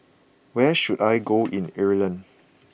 where should I go in Ireland